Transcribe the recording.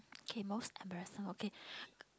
okay most embarrassing okay